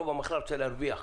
הרוב המוחלט רוצה להרוויח.